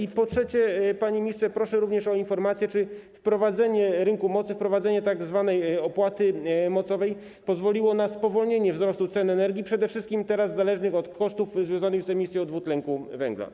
I po trzecie, panie ministrze, proszę również o informację: Czy wprowadzenie rynku mocy, wprowadzenie tzw. opłaty mocowej pozwoliło na spowolnienie wzrostu cen energii przede wszystkim teraz zależnych od kosztów związanych z emisją dwutlenku węgla?